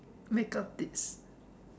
makeup tips